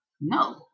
no